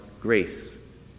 grace